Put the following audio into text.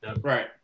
right